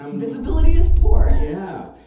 um visibility is poor. yeah.